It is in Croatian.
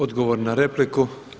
Odgovor na repliku.